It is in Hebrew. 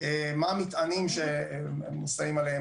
מה המטענים ששמים עליהן,